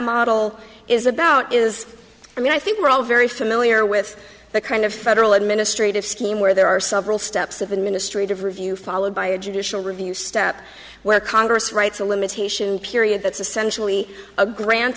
model is about is i mean i think we're all very familiar with the kind of federal administrative scheme where there are several steps of administrative review followed by a judicial review step where congress writes a limitation period that's essentially a grant